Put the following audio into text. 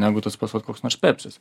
negu tas pats vat koks nors pepsis